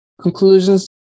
Conclusions